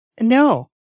No